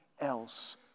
else